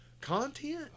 content